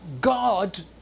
God